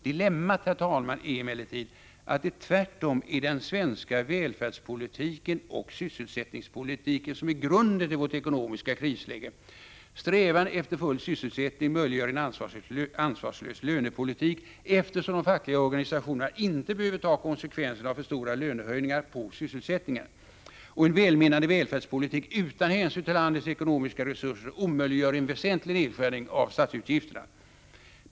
Dilemmat, herr talman, är emellertid att det tvärtom är den svenska välfärdspolitiken och sysselsättningspolitiken som är grunden till vårt ekonomiska krisläge. Strävan efter full sysselsättning möjliggör en ansvarslös lönepolitik, eftersom de fackliga organisationerna inte behöver ta konsekvenserna av för stora lönehöjningar på sysselsättningen. Och en välmenande välfärdspolitik utan hänsyn till landets ekonomiska resurser omöjliggör en väsentlig nedskärning av statsutgifterna.